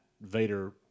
Vader